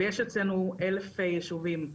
ויש אצלנו 1,000 יישובים.